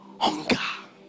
hunger